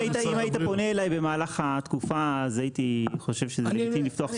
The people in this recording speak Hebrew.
אם היית פונה אליי במהלך התקופה אז אני חושב שזה מתאים לפתוח סוגריים,